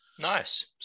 Nice